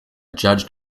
judged